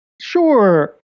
sure